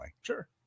Sure